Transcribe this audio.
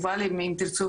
אם תרצו,